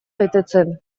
betetzen